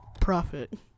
Profit